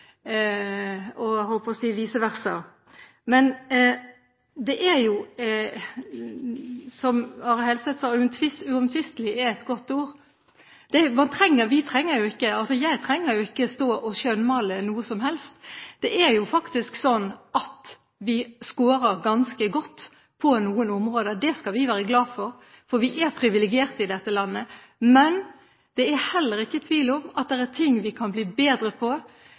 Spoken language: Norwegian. jeg holdt på å si – vice versa. Men jeg trenger jo ikke å stå og skjønnmale noe som helst. Det er jo faktisk – eller «uomtvistelig», som Are Helseth sa, det er et godt ord – sånn at vi scorer ganske godt på noen områder. Det skal vi være glade for, for vi er privilegerte i dette landet. Men det er heller ikke tvil om at det er ting vi kan bli bedre på.